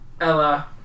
Ella